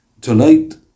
tonight